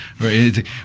Right